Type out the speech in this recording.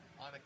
on